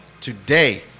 Today